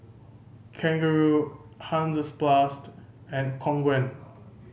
Kangaroo Hansaplast and Khong Guan